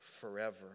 forever